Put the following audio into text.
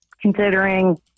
considering